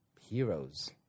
heroes